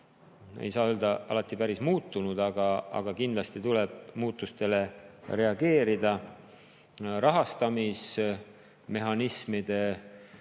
ei saa öelda, et päris muutunud, aga kindlasti tuleb muutustele reageerida. Rahastamismehhanismide